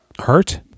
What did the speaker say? hurt